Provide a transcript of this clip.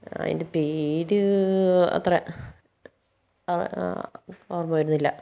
അതിന്റെ പേര് അത്ര ഓർമ്മ വരുന്നില്ല